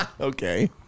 Okay